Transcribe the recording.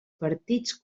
partits